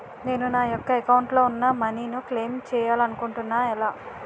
నేను నా యెక్క అకౌంట్ లో ఉన్న మనీ ను క్లైమ్ చేయాలనుకుంటున్నా ఎలా?